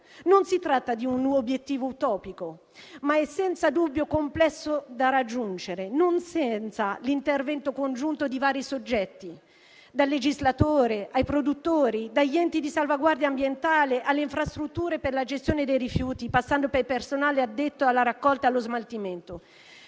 Non si tratta di un obiettivo utopico, ma è senza dubbio complesso da raggiungere e richiede l'intervento congiunto di vari soggetti: dal legislatore ai produttori, dagli enti di salvaguardia ambientale alle infrastrutture per la gestione dei rifiuti, passando per il personale addetto alla raccolta e allo smaltimento.